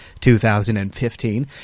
2015